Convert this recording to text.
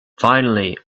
finally